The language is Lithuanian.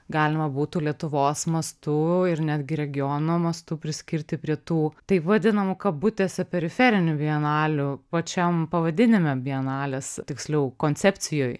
galima būtų lietuvos mastu ir netgi regiono mastu priskirti prie tų taip vadinamų kabutėse periferinių bienalių pačiam pavadinime bienalės tiksliau koncepcijoj